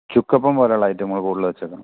ചുക്കപ്പം പോലെയുള്ള ഐറ്റങ്ങൾ കൂടുതൽ വച്ചേക്കാം